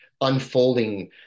unfolding